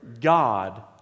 God